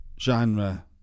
genre